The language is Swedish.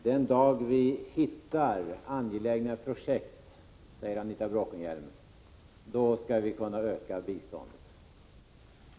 Herr talman! Den dag vi hittar angelägna projekt, säger Anita Bråkenhielm, skall vi kunna öka biståndet.